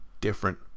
different